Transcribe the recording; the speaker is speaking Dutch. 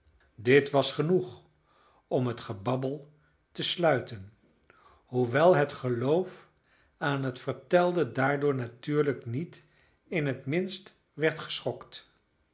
dit was genoeg om het gebabbel te stuiten hoewel het geloof aan het vertelde daardoor natuurlijk niet in het minste werd geschokt